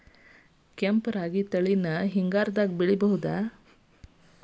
ಕೆಂಪ ರಾಗಿ ತಳಿನ ಹಿಂಗಾರದಾಗ ಬೆಳಿಬಹುದ?